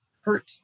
hurt